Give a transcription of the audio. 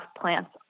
plants